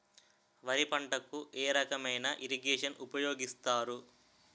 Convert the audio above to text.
వరి పంటకు ఏ రకమైన ఇరగేషన్ ఉపయోగిస్తారు?